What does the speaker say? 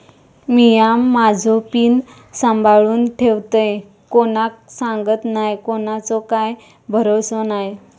मिया माझो पिन सांभाळुन ठेवतय कोणाक सांगत नाय कोणाचो काय भरवसो नाय